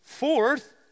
Fourth